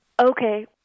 Okay